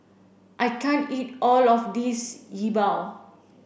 I can't eat all of this Yi Bua